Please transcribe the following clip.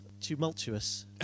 tumultuous